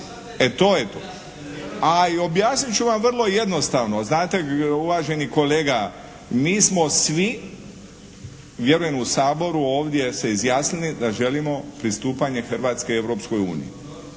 ne čuje./… A objasnit ću vam vrlo jednostavno. Znate uvaženi kolega, mi smo svi vjerujem u Saboru ovdje se izjasnili da želimo pristupanje Hrvatske Europskoj uniji